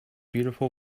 beautiful